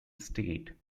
state